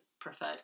preferred